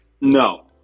No